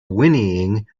whinnying